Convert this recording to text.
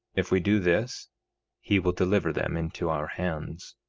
if we do this he will deliver them into our hands.